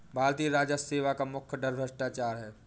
भारतीय राजस्व सेवा का मुख्य डर भ्रष्टाचार है